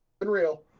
Unreal